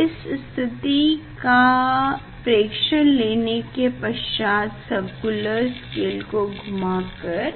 इस स्थिति का प्रेक्षण लेने के पश्चात सर्क्युलर स्केल को घुमा कर